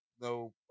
no